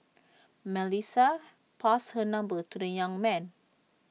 Melissa passed her number to the young man